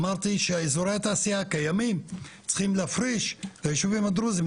אמרתי שאזורי התעשייה הקיימים צריכים להפריש לישובים הדרוזים,